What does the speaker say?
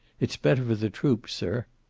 it's better for the troops, sir.